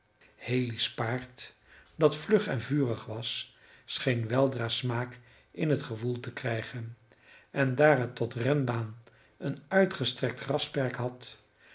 haley's paard dat vlug en vurig was scheen weldra smaak in het gewoel te krijgen en daar het tot renbaan een uitgestrekt grasperk had